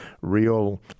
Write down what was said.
real